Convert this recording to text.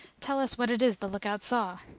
tell us what it is the look out saw.